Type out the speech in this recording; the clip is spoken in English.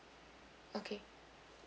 okay